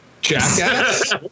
Jackass